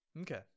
okay